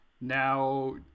Now